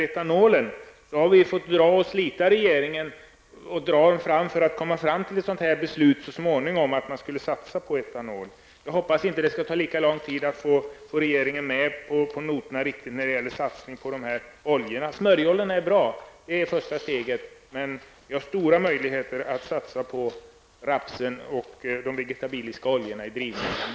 Vi har fått dra och slita i regeringen för att komma fram till ett beslut om att så småningom satsa på etanol. Jag hoppas att det inte skall ta lika lång tid att få regeringen med på noterna när det gäller satsningen på oljorna. Smörjoljorna är bra. Det är första steget. Men det finns stora möjligheter att satsa på rapsen och andra vegetabiliska oljor i drivmedel.